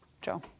Joe